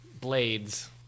blade's